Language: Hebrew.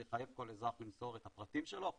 זה יחייב כל אזרח למסור את הפרטים שלו.